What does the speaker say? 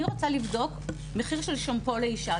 אני רוצה לבדוק מחיר של שמפו לאישה,